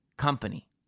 company